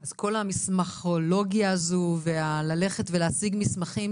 אז כל המסמכולוגיה הזו וללכת ולהשיג מסמכים